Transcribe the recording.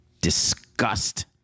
disgust